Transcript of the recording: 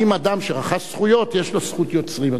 אם אדם שרכש זכויות יש לו זכות יוצרים,